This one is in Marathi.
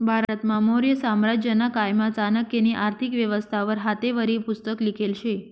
भारतमा मौर्य साम्राज्यना कायमा चाणक्यनी आर्थिक व्यवस्था वर हातेवरी पुस्तक लिखेल शे